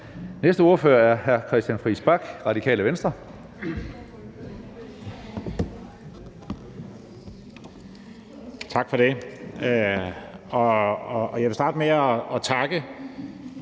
(Søren Gade): Hr. Christian Friis Bach, Radikale Venstre.